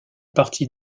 partie